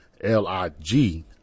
L-I-G